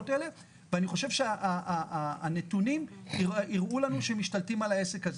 אני חושב שהנתונים הראו לנו שמשתלטים על העסק הזה.